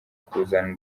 kuzana